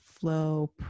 flow